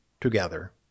together